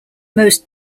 most